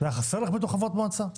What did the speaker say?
והיה חסר לך בתור חברת מועצה?